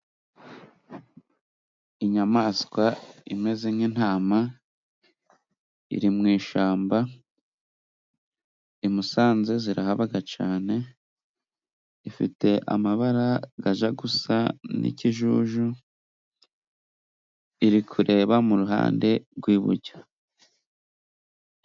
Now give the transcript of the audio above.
Inyamaswa imeze nk'intama iri mu ishyamba i musanze zirahabagacane, ifite amabara gaja gusa n'ikijuju irikuba mu ruhande rw'iburyo.